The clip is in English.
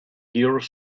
here